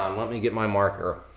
um let me get my marker.